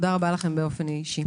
תודה רבה באופן אישי.